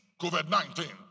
COVID-19